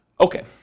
Okay